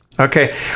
Okay